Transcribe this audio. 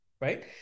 right